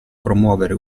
promuovere